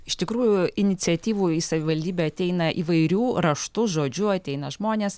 iš tikrųjų iniciatyvų į savivaldybę ateina įvairių raštu žodžiu ateina žmonės